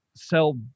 sell